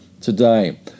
today